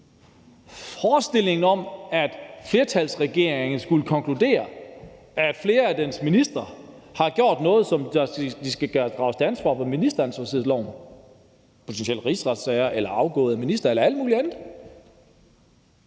forestillingen om, at flertalsregeringer skulle konkludere, at flere af dens ministre har gjort noget, som de skal drages til ansvar for efter ministeransvarlighedsloven, potentielt rigsretssager, at en minister skal gå af, eller alt mulig andet,